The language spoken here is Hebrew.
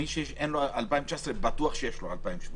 מי שאין לו את דוח 2019 בטוח יש לו את דוח 2018,